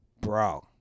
Bro